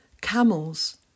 camels